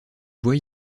bois